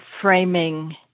framing